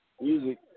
music